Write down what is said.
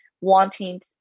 wanting